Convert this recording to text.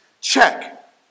Check